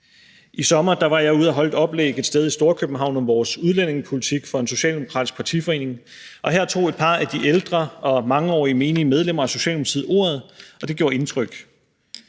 I sommer var jeg ude at holde et oplæg et sted i Storkøbenhavn om vores udlændingepolitik for en socialdemokratisk partiforening, og her tog et par af de ældre og mangeårige menige medlemmer af Socialdemokratiet ordet, og det gjorde indtryk.